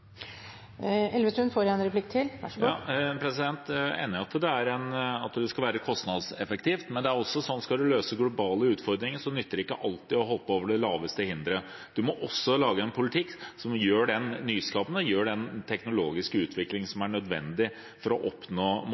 er enig i at det skal være kostnadseffektivt, men skal man løse globale utfordringer, nytter det ikke alltid å hoppe over det laveste hinderet, man må også lage en politikk for den nyskapende, teknologiske utviklingen som er nødvendig for å oppnå